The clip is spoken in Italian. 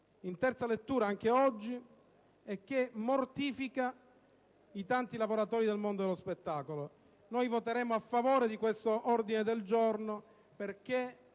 in terza lettura e che mortifica i tanti lavoratori del mondo dello spettacolo. Noi voteremo a favore di questo ordine del giorno perché